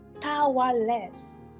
powerless